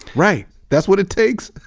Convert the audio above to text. right. that's what it takes!